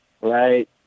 right